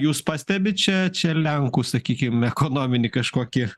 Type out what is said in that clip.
jūs pastebit čia čia lenkų sakykim ekonominį kažkokį